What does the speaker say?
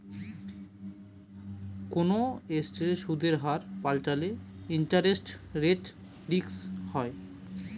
কোনো এসেটের সুদের হার পাল্টালে ইন্টারেস্ট রেট রিস্ক হয়